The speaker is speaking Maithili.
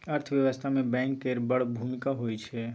अर्थव्यवस्था मे बैंक केर बड़ भुमिका होइ छै